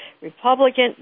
Republican